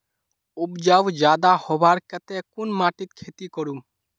उपजाऊ ज्यादा होबार केते कुन माटित खेती करूम?